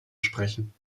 sprechen